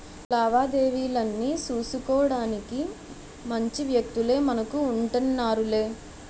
లావాదేవీలన్నీ సూసుకోడానికి మంచి వ్యక్తులే మనకు ఉంటన్నారులే